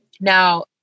now